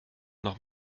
noch